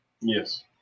Yes